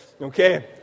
Okay